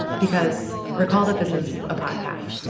because recall that this is a podcast,